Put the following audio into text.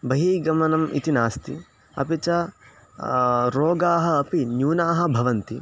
बहिः गमनम् इति नास्ति अपि च रोगाः अपि न्यूनाः भवन्ति